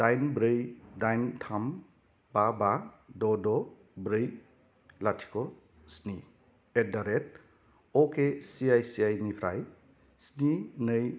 दाइन ब्रै दाइन थाम बा बा द द ब्रै लाथिख' स्नि एडडारेट अके आइ सि आइ सि आइ निफ्राय स्नि नै